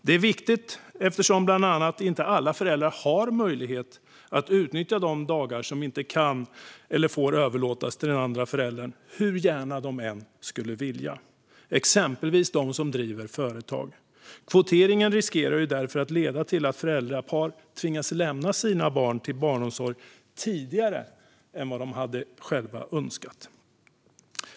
Det är viktigt bland annat eftersom inte alla föräldrar, exempelvis de som driver företag, har möjlighet att utnyttja de dagar som inte kan eller får överlåtas till den andra föräldern, hur gärna de än skulle vilja. Kvotering riskerar därför att leda till att föräldrapar tvingas lämna sina barn till barnomsorg tidigare än vad de själva hade önskat.